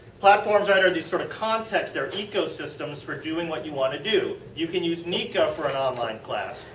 platforms are under these sort of contexts. they are ecosystems for doing what you want to do. you could use niihka for an online class.